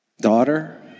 daughter